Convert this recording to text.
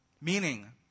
meaning